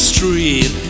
Street